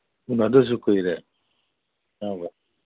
ꯎꯅꯗꯕꯁꯨ ꯀꯨꯏꯔꯦ